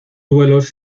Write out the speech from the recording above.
duelos